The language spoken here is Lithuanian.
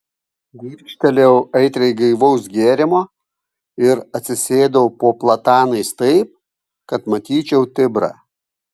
gurkštelėjau aitriai gaivaus gėrimo ir atsisėdau po platanais taip kad matyčiau tibrą